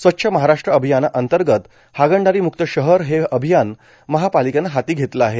स्वच्छ महाराष्ट्र अभियानांतर्गत हागणदारी मुक्त शहर हे अभियान महापालिकेनं हाती घेतलं आहे